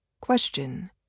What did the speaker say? Question